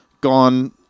gone